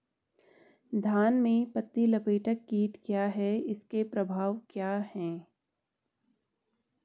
धान में पत्ती लपेटक कीट क्या है इसके क्या प्रभाव हैं?